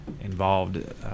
involved